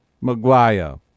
Maguire